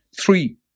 three